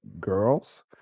girls